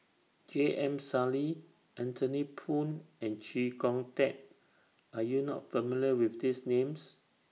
J M Sali Anthony Poon and Chee Kong Tet Are YOU not familiar with These Names